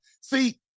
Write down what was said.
See